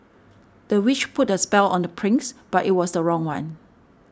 the witch put a spell on the prince but it was the wrong one